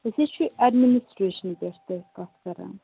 أسۍ حظ چھِ ایٚڈمِنسٹریٚشنہٕ پیٹھٕ تۄہہِ سۭتۍ کَتھ کَران